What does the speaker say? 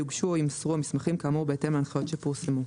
יוגשו או יימסרו המסמכים כאמור בהתאם להנחיות שפורסמו.